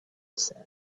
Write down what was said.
said